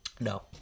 No